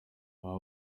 aba